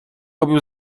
robił